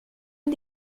eux